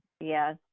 Yes